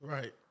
Right